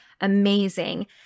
amazing